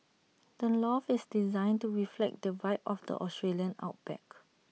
the loft is designed to reflect the vibe of the Australian outback